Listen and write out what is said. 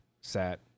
sat